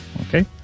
okay